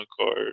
card